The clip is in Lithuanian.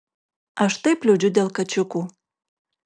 aš taip liūdžiu dėl kačiukų